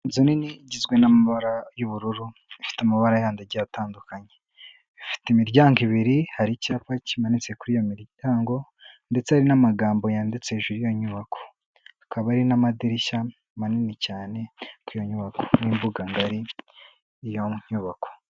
Inzu nini igizwe n'amabara y'ubururu, ifite amabara yandi agiye atandukanye, ifite imiryango ibiri hari icyapa kimanitse kuri iyo miryango ndetse n'amagambo yanditse hejuru y'iyo nyubako, hakaba hari n'amadirishya manini cyane ku iyo nyubako, n'imbuga ngari y'iyo nyubako.